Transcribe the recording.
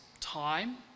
time